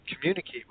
Communicate